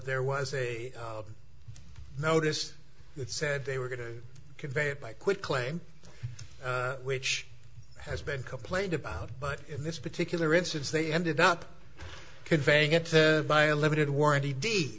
there was a notice that said they were going to convey it by quitclaim which has been complained about but in this particular instance they ended up conveying it to buy a limited warranty dee